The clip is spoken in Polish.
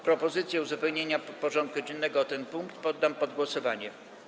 Propozycję uzupełnienia porządku dziennego o ten punkt poddam pod głosowanie.